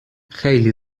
خیلی